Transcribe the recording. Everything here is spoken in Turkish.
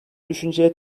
düşünceye